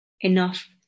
enough